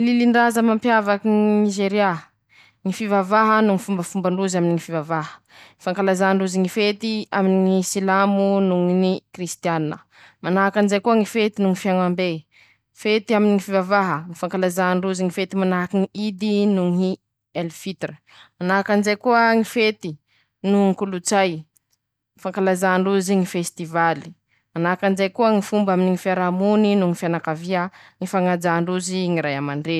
Lilindraza mampiavaky ñ Nizeria: ñy fivavaha no ñy fombafomba ndrozy aminy ñy fivavaha, fankalazà ndrozy ñy fety aminy ñy silamo no ñy ny krisitianina, manakanjay koa ñy fety noho ñy fiaombe, fety aminy ñy fivavaha, fankalazà ndrozy ñy fety manahaky ñy hidy noho ñy elifitire, manahakan'izay koa ñy fety no ñy kolotsay, fankalazà ndrozy ñy fesitivaly, manaknjay koa ñy fomba aminy ñy fiarahamony ñy fañajà ndrozy ñy ray amandreny.